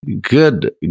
Good